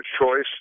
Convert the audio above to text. Choice